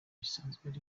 bisanzwe